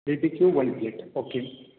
B B Q one plate okay